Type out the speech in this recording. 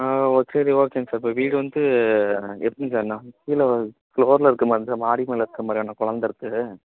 ஆ okay சரி ஓகேங்க sir இப்போ வீடு வந்து எப்படி சார் நாங்கள் கீழ ஃப்ளோரில் இருக்க மாதிரியா மாடி மேலே இருக்க மாதிரியா ஏன்னா குலந்த இருக்கு